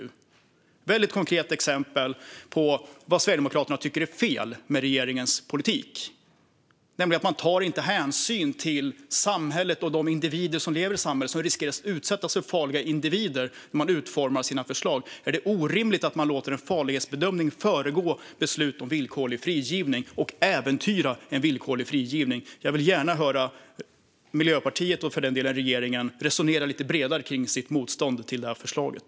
Det är ett väldigt konkret exempel på vad Sverigedemokraterna tycker är fel med regeringens politik, nämligen att man inte tar hänsyn till samhället och de individer som lever i samhället och som riskerar att utsättas för farliga individer när man utformar sina förslag. Är det orimligt att låta en farlighetsbedömning föregå beslut om villkorlig frigivning och äventyra en villkorlig frigivning? Jag vill gärna höra Miljöpartiet och för den delen regeringen resonera lite bredare kring sitt motstånd mot det förslaget.